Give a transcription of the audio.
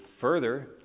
further